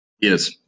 Yes